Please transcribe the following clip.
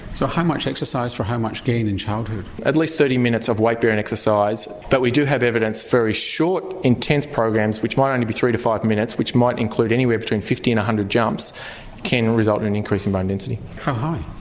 so how much exercise for how much gain in childhood? at least thirty minutes of weight bearing exercise but we do have evidence very short, intense programs which might only be three to five minutes which might include anywhere between fifty and one hundred jumps can result in an increase in bone density. how high?